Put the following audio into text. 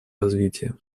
развития